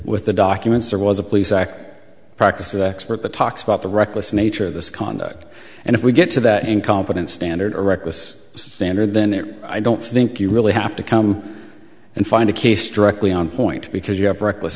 with the documents there was a police act practices expert the talks about the reckless nature of this conduct and if we get to that incompetent standard or reckless standard then there i don't think you really have to come and find a case directly on point because you have reckless